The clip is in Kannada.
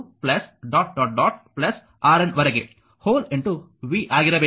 RN ವರೆಗೆ v ಆಗಿರಬೇಕು